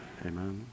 amen